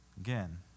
Again